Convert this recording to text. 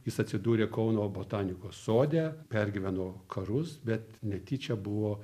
jis atsidūrė kauno botanikos sode pergyveno karus bet netyčia buvo